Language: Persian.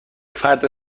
فرد